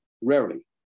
rarely